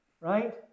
Right